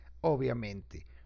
obviamente